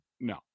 No